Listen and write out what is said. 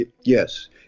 Yes